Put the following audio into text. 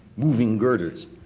moving girders,